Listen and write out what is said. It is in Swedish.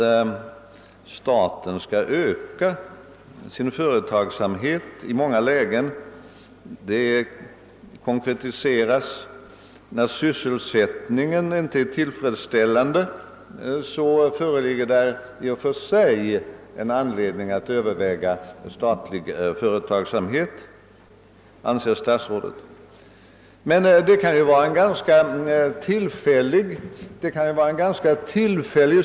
I många lägen har staten skäl att öka sin företagsamhet, anser statsrådet, och han konkretiserade detta i propositionen genom att säga att det när sysselsättningen inte är tillfredsställande finns anledning i och för sig att överväga ökad statlig företagsamhet. Men sysselsättningssvårigheterna kan ju vara tillfälliga.